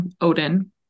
Odin